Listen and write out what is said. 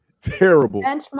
terrible